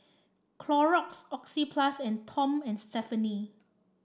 Clorox Oxyplus and Tom and Stephanie